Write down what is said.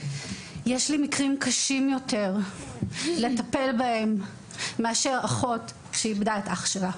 יש לי מקרים קשים יותר לטפל בהם מאשר אחות שאיבדה את אח שלה,